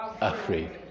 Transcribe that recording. afraid